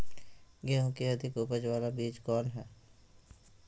गेंहू की अधिक उपज बाला बीज कौन हैं?